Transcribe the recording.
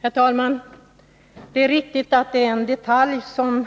Herr talman! Det är riktigt att det är en detalj i propositionen som